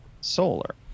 Solar